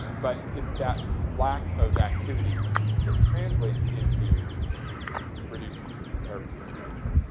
but it's that lack of activity that translates into reduced hair pigmentation.